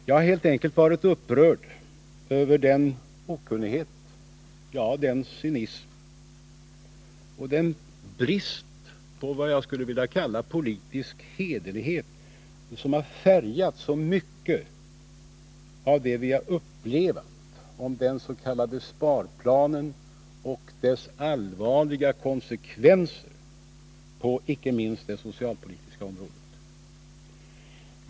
Jag har helt enkelt varit upprörd över den okunnighet, ja, den cynism och den brist på vad jag skulle vilja kalla politisk hederlighet som har färgat så mycket av det vi har upplevt när det gäller den s.k. sparplanen och dess allvarliga konsekvenser, inte minst på det socialpolitiska området.